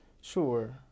Sure